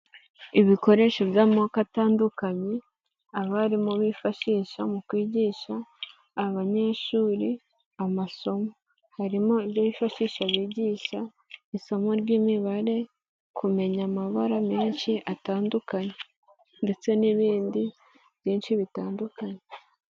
Ibikoresho by'amoko atandukanye abarimu bifashisha mu kwigisha abanyeshuri amasomo, harimo ibyo bifashisha bigisha isomo ry'imibare, kumenya amabara menshi atandukanye ndetse n'ibindi byinshi bitandukanye.